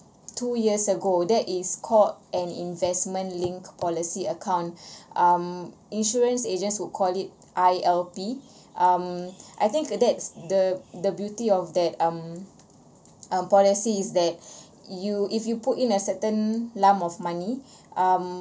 two years ago there is called an investment linked policy account um insurance agents would call it I_L_P um I think that's the the beauty of that um a policy is that you if you put in a certain lump of money um